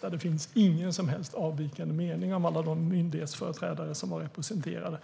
Det fanns ingen som helst avvikande mening bland alla de myndighetsföreträdare eller departementsföreträdare som var representerade.